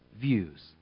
views